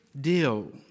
deal